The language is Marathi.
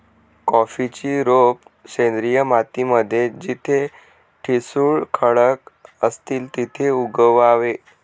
कॉफीची रोप सेंद्रिय माती मध्ये जिथे ठिसूळ खडक असतील तिथे उगवावे